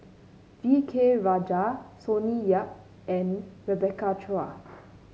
V K Rajah Sonny Yap and Rebecca Chua